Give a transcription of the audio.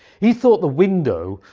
he thought the window,